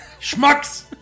schmucks